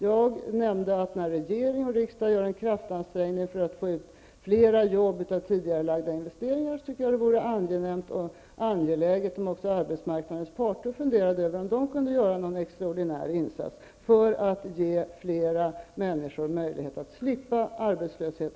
Jag nämnde att när regering och riksdag gör en kraftansträngning för att få ut fler jobb av tidigarelagda investeringar, tycker jag att det vore angenämt och angeläget om också arbetsmarknadens parter funderade över om de kunde göra någon extraordinär insats för att ge fler människor möjlighet att få jobb och slippa arbetslöshet.